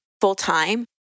full-time